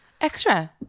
Extra